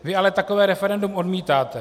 Vy ale takové referendum odmítáte.